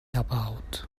about